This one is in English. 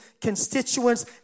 constituents